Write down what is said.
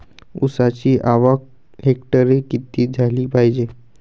ऊसाची आवक हेक्टरी किती झाली पायजे?